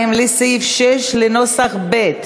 2 לסעיף 6 בנוסח ב'.